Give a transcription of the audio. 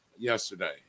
Yesterday